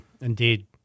Indeed